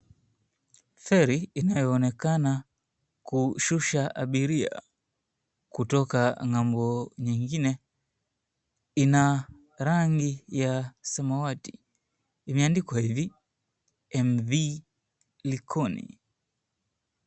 Feri inayoonekana kushusha abiria kutoka ng'ambo nyingine ina rangi ya samawati imeandikwa hivi, MV Likoni.